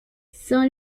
son